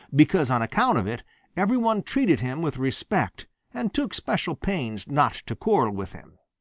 because on account of it every one treated him with respect and took special pains not to quarrel with him.